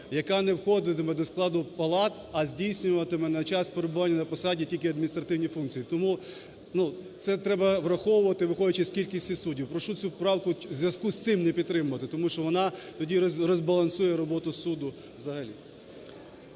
яка не входитиме до складу палат, а здійснюватиме на час перебування на посаді тільки адміністративні функції. Тому це треба враховувати, виходячи з кількості суддів. Прошу цю правку в зв'язку з цим не підтримувати, тому що вона тоді розбалансує роботу суду взагалі.